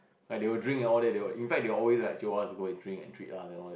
like they will drink and all that they in fact they will always like jio us go and drink and treat us and all